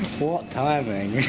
what timing.